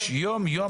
יש יום יום,